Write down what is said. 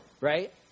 right